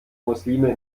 muslime